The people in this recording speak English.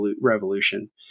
Revolution